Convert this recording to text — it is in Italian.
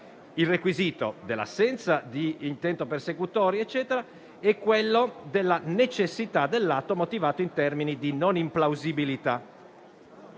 il requisito dell'assenza di intento persecutorio e quello della necessità dell'atto, motivata in termini di non implausibilità.